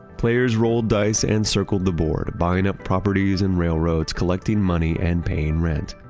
players roll dice and circled the board, buying up properties and railroads, collecting money and paying rent.